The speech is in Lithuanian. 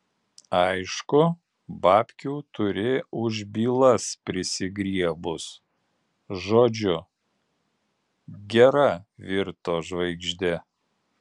aišku babkių turi už bylas prisigriebus žodžiu gera virto žvaigžde